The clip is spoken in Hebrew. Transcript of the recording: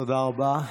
תודה רבה.